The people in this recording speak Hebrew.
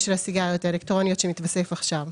של הסיגריות האלקטרוניות שמיתוסף כעת.